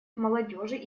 молодежи